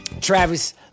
Travis